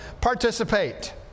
participate